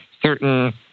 certain